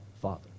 Father